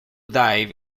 dive